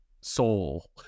soul